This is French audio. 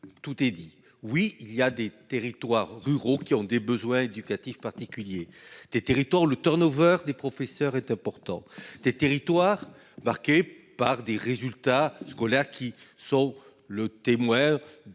tout est dit ! Oui, il y a des territoires ruraux qui ont des besoins éducatifs particuliers, des territoires dans lesquels le turn-over des professeurs est important, des territoires marqués par des résultats scolaires qui témoignent